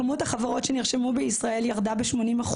כמות החברות שנרשמו בישראל ירדה ב-80%,